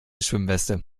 schwimmweste